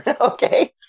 Okay